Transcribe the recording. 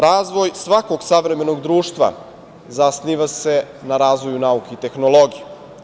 Razvoj svakog savremenog društva zasniva se na razvoju nauke i tehnologije.